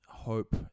hope